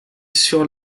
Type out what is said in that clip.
sur